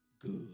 Good